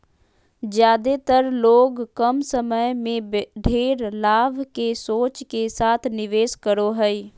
ज्यादेतर लोग कम समय में ढेर लाभ के सोच के साथ निवेश करो हइ